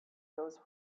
those